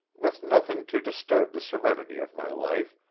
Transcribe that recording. with nothing to disturb the serenity of my life,